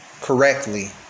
correctly